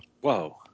Whoa